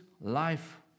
life